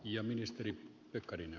ja ministeri pekkarinen